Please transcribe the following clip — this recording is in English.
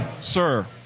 sir